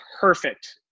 perfect